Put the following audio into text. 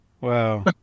Wow